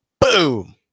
Boom